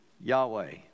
Yahweh